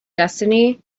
destiny